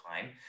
time